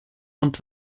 und